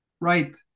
Right